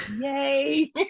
yay